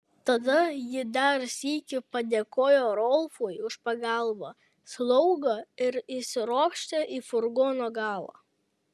tada ji dar sykį padėkojo rolfui už pagalbą slaugą ir įsiropštė į furgono galą